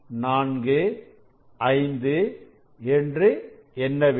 4 5 என்று எண்ண வேண்டும்